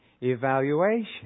evaluation